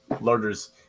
Larders